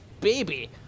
baby